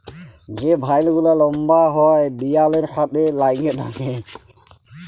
যে ভাইল গুলা লম্বা হ্যয় দিয়ালের সাথে ল্যাইগে থ্যাকে